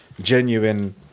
genuine